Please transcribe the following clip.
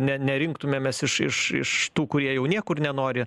ne ne rinktumėmės iš iš iš tų kurie jau niekur nenori